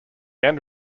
end